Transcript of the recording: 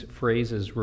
phrases